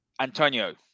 antonio